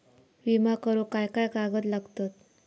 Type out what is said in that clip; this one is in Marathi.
विमा करुक काय काय कागद लागतत?